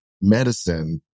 medicine